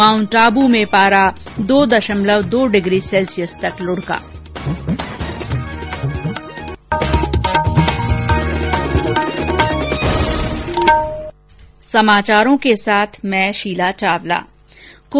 mount Abu में पारा दो दशमलव दो डिग्री सेल्सियस तक लुढ़क गया